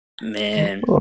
Man